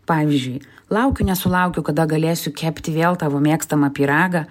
pavyzdžiui laukiu nesulaukiu kada galėsiu kepti vėl tavo mėgstamą pyragą